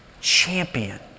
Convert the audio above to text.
champion